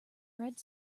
red